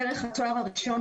דרך התואר הראשון,